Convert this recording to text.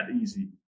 easy